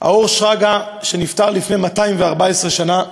ה"אור שרגא", שנפטר לפני 214 שנה.